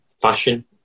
fashion